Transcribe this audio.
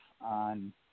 on